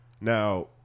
Now